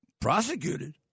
Prosecuted